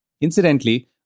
Incidentally